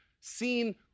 seen